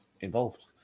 involved